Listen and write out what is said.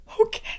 okay